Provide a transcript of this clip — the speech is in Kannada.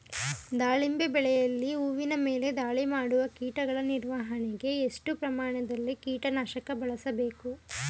ದಾಳಿಂಬೆ ಬೆಳೆಯಲ್ಲಿ ಹೂವಿನ ಮೇಲೆ ದಾಳಿ ಮಾಡುವ ಕೀಟಗಳ ನಿರ್ವಹಣೆಗೆ, ಎಷ್ಟು ಪ್ರಮಾಣದಲ್ಲಿ ಕೀಟ ನಾಶಕ ಬಳಸಬೇಕು?